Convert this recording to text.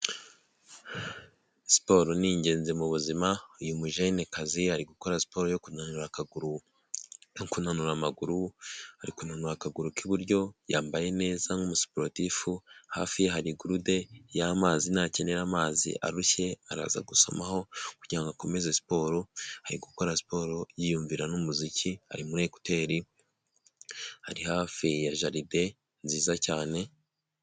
Siporo ni ingenzi mu buzima uyu mujenekazi ari gukora siporo yo kunura akaguru no kunanura amaguru arikunanura akaguru k'iburyo yambaye neza nk'umusiporotifu, hafi ya hari gurude y'amazi nakenera amazi arushye araza gusomaho kugira ngo akomeze siporo ari gukora siporo yiyumvira n'umuziki ari muri ekoteri, ari hafi ya jaride nziza cyane.